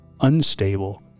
unstable